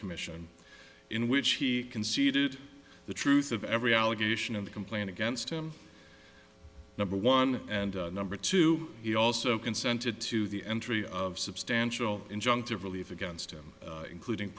commission in which he conceded the truth of every allegation in the complaint against him number one and number two he also consented to the entry of substantial injunctive relief against him including